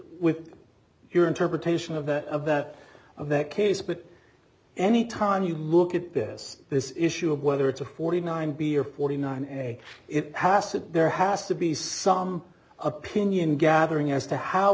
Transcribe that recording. with your interpretation of that of that of that case but any time you look at this this issue of whether it's a forty nine b or forty nine and it hasn't there has to be some opinion gathering as to how